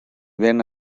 ven